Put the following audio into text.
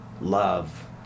love